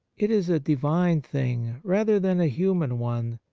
it is a divine thing rather than a human one,